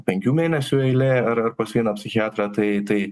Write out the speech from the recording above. penkių mėnesių eilė ar ar pas vieną psichiatrą tai tai